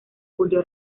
julio